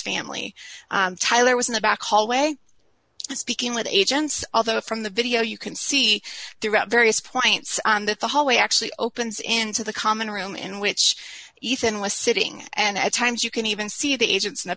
family tyler was in the back hallway speaking with agents although from the video you can see throughout various points on that the hallway actually opens into the common room in which ethan was sitting and at times you can even see the agents in the